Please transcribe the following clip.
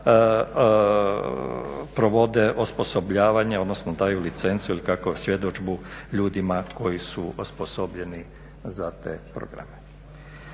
provode osposobljavanje, odnosno daju licencu ili kako, svjedodžbu ljudima koji su osposobljeni za te programe.